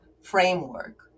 framework